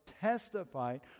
testified